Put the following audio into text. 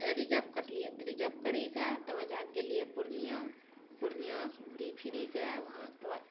reserve करिलियै तऽ reserve कैरिके तब जाकऽ गेलियै पूर्णियाँ पूर्णियाँसँ घुमि फिरिके वहाँसँ